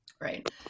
Right